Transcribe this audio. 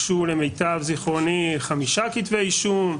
הוגשו למיטב זכרוני חמישה כתבי אישום.